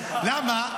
למה?